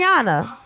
Rihanna